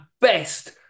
best